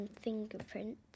fingerprints